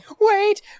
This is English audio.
Wait